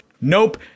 nope